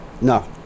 no